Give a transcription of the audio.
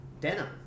denim